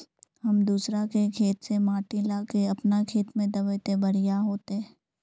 हम दूसरा के खेत से माटी ला के अपन खेत में दबे ते बढ़िया होते?